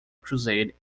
crusade